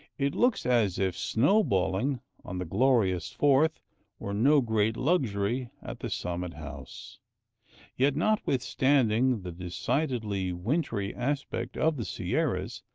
it looks as if snow-balling on the glorious fourth were no great luxury at the summit house yet notwithstanding the decidedly wintry aspect of the sierras,